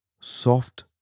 soft